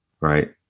right